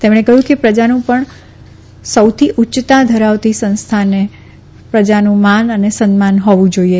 તેમણે કહયું કે પ્રજાનું પણ સૌથી ઉચ્યતા ધરાવતી સંસ્થાને પ્રજાનું પણ માન સન્માન હોવુ જાઈએ